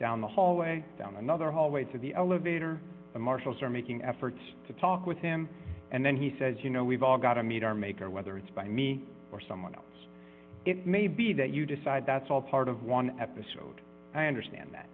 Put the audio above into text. down the hallway down another hallway to the elevator the marshals are making efforts to talk with him and then he says you know we've all got to meet our maker whether it's by me or someone else it may be that you decide that's all part of one episode i understand that